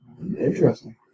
Interesting